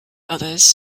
others